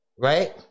right